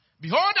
Behold